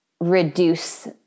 reduce